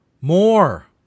More